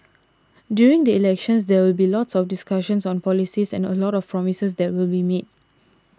during the elections there will be lots of discussion on policies and lots of promises that will be made